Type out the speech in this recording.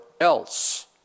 else